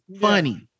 funny